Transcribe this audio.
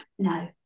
no